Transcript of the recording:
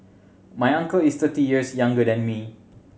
my uncle is thirty years younger than me